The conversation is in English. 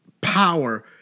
power